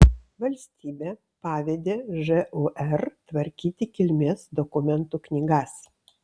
valstybė pavedė žūr tvarkyti kilmės dokumentų knygas